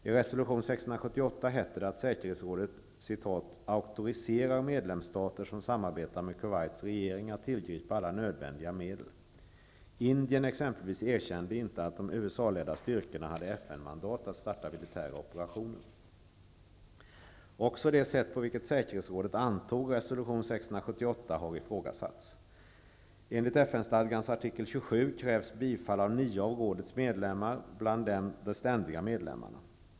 I resolution 678 hette det att säkerhetsrådet ''auktoriserar medlemsstater som samarbetar med Kuwaits regering att tillgripa alla nödvändiga medel''. Exempelvis Indien erkände inte att de USA-ledda styrkorna hade FN mandat att starta militära operationer. Också det sätt på vilket säkerhetsrådet antog resolution 678 har ifrågasatts. Enligt FN-stadgans artikel 27 krävs bifall av nio av rådets medlemmar, bland dem de ständiga medlemmarna.